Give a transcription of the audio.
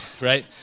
right